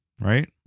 right